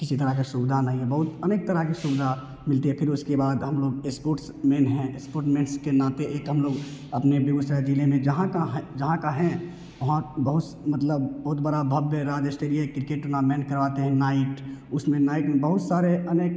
किसी तरह का सुविधा नहीं है बहुत अनेक तरह की सुविधा मिलती है फिर उसके बाद हम लोग स्पोर्ट्समैन हैं स्पोर्टमेन्ट्स के नाते एक हम लोग अपने बेगूसराय ज़िले में जहाँ का है जहाँ का है वहाँ बहुत मतलब बहुत बरा भव्य राजस्तरीय क्रिकेट टूर्नामेंट करवाते हैं नाइट उसमें नाइट में बहुत सारे अनेक